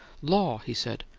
law, he said.